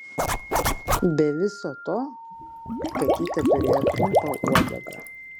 be viso to katytė turėjo trumpą uodegą